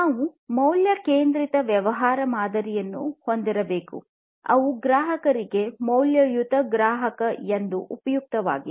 ನಾವು ಮೌಲ್ಯ ಕೇಂದ್ರಿತ ವ್ಯವಹಾರ ಮಾದರಿಯನ್ನು ಹೊಂದಿರಬೇಕು ಅದು ಗ್ರಾಹಕರಿಗೆ ಮೌಲ್ಯಯುತ ಗ್ರಾಹಕ ಎಂದು ಉಪಯುಕ್ತವಾಗಿದೆ